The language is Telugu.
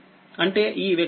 అంటే ఈ వ్యక్తీకరణలో32ix